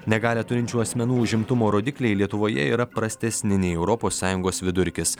negalią turinčių asmenų užimtumo rodikliai lietuvoje yra prastesni nei europos sąjungos vidurkis